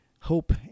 hope